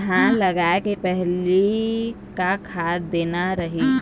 धान लगाय के पहली का खाद देना रही?